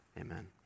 amen